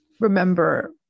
remember